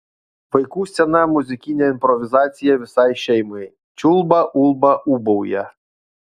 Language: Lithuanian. vaikų scena muzikinė improvizacija visai šeimai čiulba ulba ūbauja